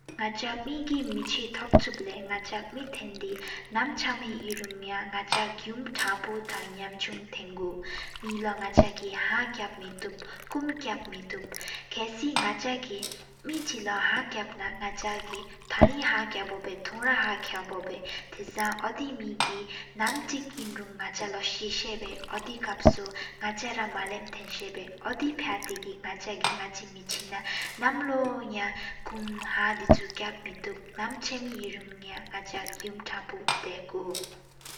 ནག་ཆ་མེ་གི་དམེ་ཆི་ཐོབ་སུབ་ལེ། མེ་ཐང་དེ་ནམ་ཆ་མི་ཡན་རུང་ཡང། གུམ་ཐང་པོ་ཐང་ཉམ་ཆུང་ཐང་གུ། མེ་ལོ་ནག་ཆ་གི་ཧ་ཀབ་མེ་ཐུབ། ཀུམ་ཀབ་མེ་ཐུབ་ཁ་སི་ནག་ཆ་གི། མེ་གཅིག་ལོ་ཧ་ཀབ་ན་ནག་ཆ་གི་ཐ་རིང་ཧ་ཀབ། ཐོ་ར་ཧ་ཀབ་པོ་བ་དེ་ཟང་ཨོ་དེ་མེ་གི། ནམ་གཅིག་ཨིན་རུང་ནག་ཆ་ལོ་གསེ་སེར་བེ། ཨོ་དེ་ཀབ་ཟུ་ནག་ཆ་ར་པ་ལམ་ཐེན་ས་བེ། ཨོ་དེ་ཕ་སེའི་གི་ནག་ཆ་གི་ནག་ཅི་དམེ་ཆི་ན། ནམ་ལོ་ཡང་ཀུམ་ཧ་དི་ཆུ་ཀབ་མེ་ཐུབ། ནམ་ཆ་མི་ཧེ་རུང་ཡ་ནག་ཆ། གུམ་ཐང་པོ་དེ་ཀོ།